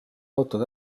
autod